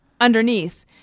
underneath